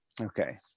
okay